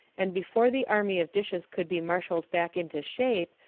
and before the army of dishes could be marshaled back into shape,